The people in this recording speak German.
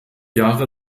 jahre